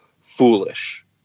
foolish